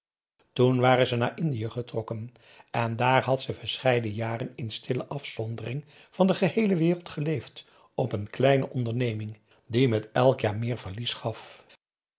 toen waren ze naar indië getrokken en daar had ze verscheiden jaren in stille afzondering van de geheele wereld geleefd op een kleine onderneming die met elk jaar meer verlies gaf